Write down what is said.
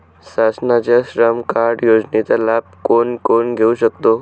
शासनाच्या श्रम कार्ड योजनेचा लाभ कोण कोण घेऊ शकतो?